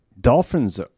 Dolphins